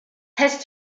has